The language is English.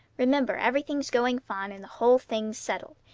remember everything's, going fine, and the whole thing's settled.